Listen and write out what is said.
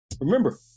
Remember